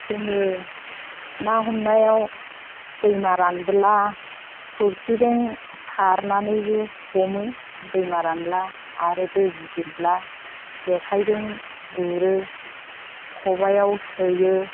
जोङो ना हमनायाव दैमा रानोब्ला थोरसिजों सारनानैबो हमो दैमा रानोब्ला आरो दै गिदिरब्ला जेखाइजों गुरो खबाइआव सोयो